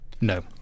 No